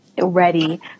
ready